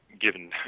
given